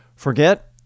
Forget